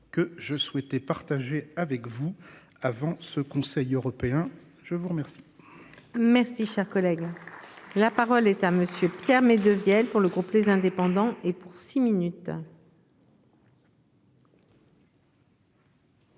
que je souhaitais partager avec vous avant ce conseil européen. Je vous remercie. Merci cher collègue. La parole est à monsieur Pierre mais de vielles pour le groupe les indépendants et pour six minutes.